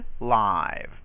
live